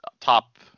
top